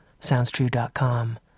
SoundsTrue.com